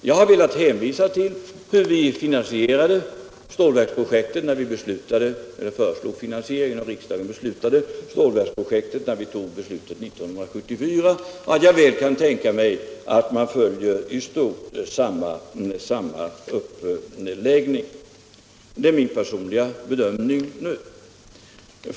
Jag har velat hänvisa till vårt förslag hur finansieringen skulle ske när riksdagen 1974 tog beslutet om stålverksprojektet, och jag kan således tänka mig att man i stort sett följer samma uppläggning. Det är min personliga bedömning nu.